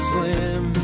Slim